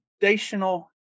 foundational